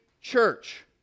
church